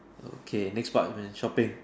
okay next part man shopping